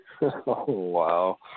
Wow